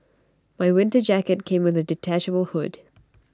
my winter jacket came with A detachable hood